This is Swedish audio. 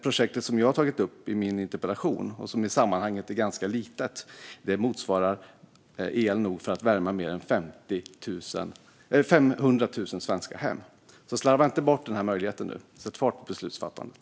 Projektet som jag tar upp i min interpellation och som i sammanhanget är ganska litet motsvarar el nog för att värma mer än 500 000 svenska hem, så slarva inte bort den här möjligheten nu! Sätt fart på beslutsfattandet!